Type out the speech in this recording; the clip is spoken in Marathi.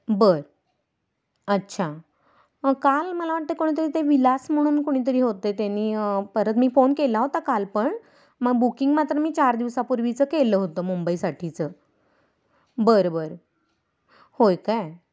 बर अच्छा काल मला वाटतं कोणीतरी ते विलास म्हणून कुणीतरी होते त्यांनी परत मी फोन केला होता काल पण मग बुकिंग मात्र मी चार दिवसापूर्वीचं केलं होतं मुंबईसाठीचं बरं बरं होय काय